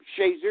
Shazer